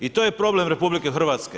I to je problem RH.